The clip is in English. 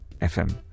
FM